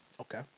Okay